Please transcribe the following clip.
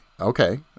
okay